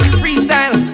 freestyle